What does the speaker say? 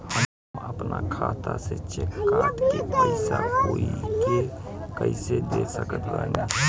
हम अपना खाता से चेक काट के पैसा कोई के कैसे दे सकत बानी?